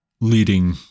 leading